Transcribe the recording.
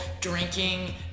drinking